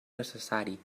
necessari